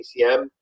PCM